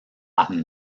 latin